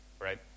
right